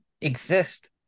exist